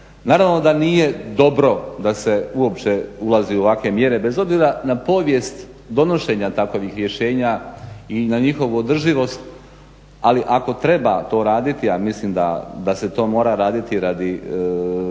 Naravno da nije dobro da se uopće ulazi u ovakve mjere bez obzira na povijest donošenja takovih rješenja i na njihovu održivost, ali ako treba to raditi, a mislim da se to mora raditi radi